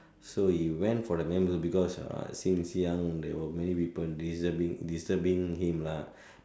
so he went for the men boobs because since young there were many people disturbing disturbing him lah